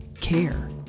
care